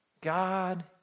God